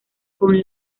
con